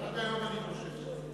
עד היום אני חושב כך.